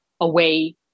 away